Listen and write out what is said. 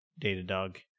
Datadog